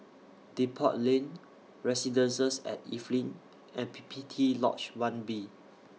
Depot Lane Residences At Evelyn and P P T Lodge one B